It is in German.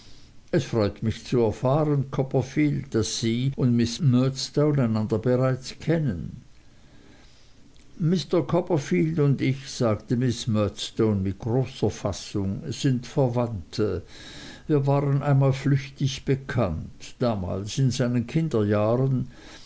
es freut mich zu erfahren copperfield daß sie und miß murdstone einander bereits kennen mr copperfield und ich sagte miß murdstone mit großer fassung sind verwandte wir waren einmal flüchtig bekannt damals in seinen kinderjahren